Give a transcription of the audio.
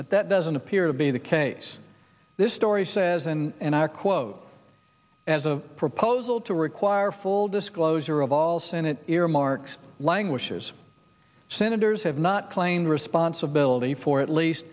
but that doesn't appear to be the case this story says and i quote as a proposal to require full disclosure of all senate earmarks languishes senators have not claimed responsibility for at least